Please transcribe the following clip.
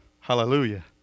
Hallelujah